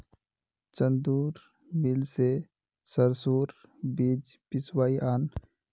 चंदूर mill स सरसोर बीज पिसवइ आन